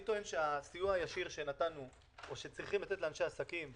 אני טוען שהסיוע הישיר שנתנו או שצריכים לתת לאנשי העסקים,